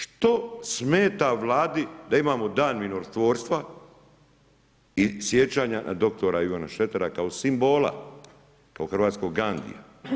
Što smeta Vladi da imamo Dan mirotvorstva i sjećanja na dr. Ivana Šretera kao simbola, kao hrvatskog Gandia?